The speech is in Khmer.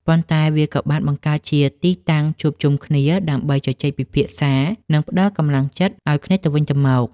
ប៉ុន្តែវាក៏បានបង្កើតជាទីតាំងជួបជុំគ្នាដើម្បីជជែកពិភាក្សា និងផ្ដល់កម្លាំងចិត្តឱ្យគ្នាទៅវិញទៅមក។